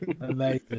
amazing